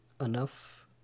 enough